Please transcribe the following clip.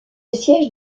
siège